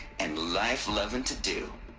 and life-lovin' to do.